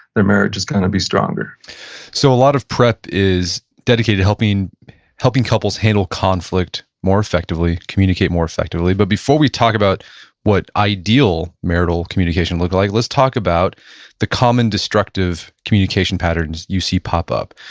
their marriage is going to be stronger so, a lot of prep is dedicated to helping couples handle conflict more effectively, communicate more effectively, but before we talk about what ideal marital communication looks like, let's talk about the common destructive communication patterns you see pop up,